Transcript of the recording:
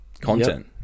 content